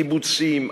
קיבוצים,